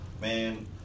Man